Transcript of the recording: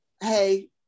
hey